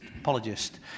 apologist